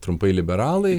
trumpai liberalai